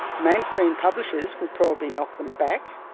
mainstream publishers would probably knock them back,